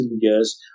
years